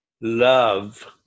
love